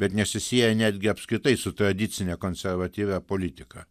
bet nesisieja netgi apskritai su tradicine konservatyvia politika